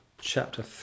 chapter